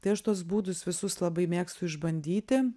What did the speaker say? tai aš tuos būdus visus labai mėgstu išbandyti